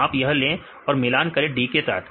तो आप यह ले और मिलान करें D के साथ